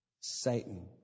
Satan